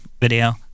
video